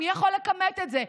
מי יכול לכמת את זה,